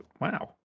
wow